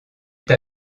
t’a